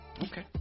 Okay